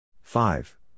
five